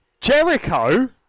Jericho